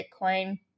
Bitcoin